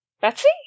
Betsy